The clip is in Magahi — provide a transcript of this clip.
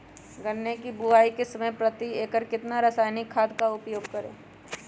गन्ने की बुवाई के समय प्रति एकड़ कितना रासायनिक खाद का उपयोग करें?